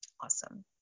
Awesome